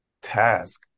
task